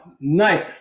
nice